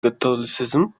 catholicism